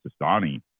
Sistani